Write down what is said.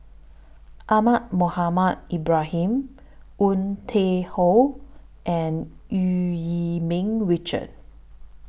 Ahmad Mohamed Ibrahim Woon Tai Ho and EU Yee Ming Richard